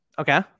Okay